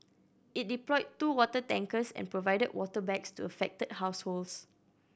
it deployed two water tankers and provided water bags to affected households